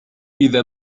إذا